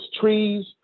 trees